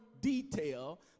detail